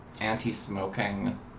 Anti-smoking